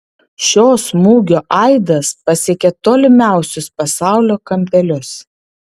šio smūgio aidas pasiekė tolimiausius pasaulio kampelius